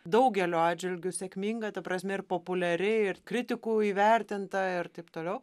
daugeliu atžvilgių sėkminga ta prasme ir populiari ir kritikų įvertinta ir taip toliau